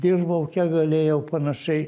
dirbau kiek galėjau panašiai